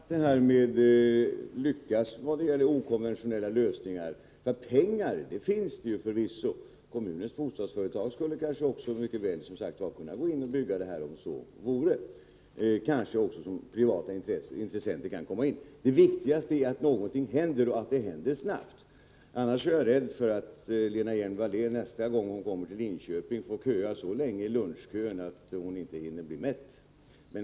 Herr talman! Jag hoppas att man kommer att lyckas vad gäller okonventionella lösningar. Pengar finns ju förvisso. Kommunens bostadsföretag skulle kanske också kunna gå in och bygga, om så vore. Kanske också privata intressenter kan komma in. Det viktigaste är att någonting händer och händer snabbt. Annars är jag rädd för att Lena Hjelm-Wallén, nästa gång hon kommer till Linköping, får köa så länge i lunchkön att hon inte hinner bli mätt.